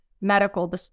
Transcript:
medical